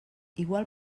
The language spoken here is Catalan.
igual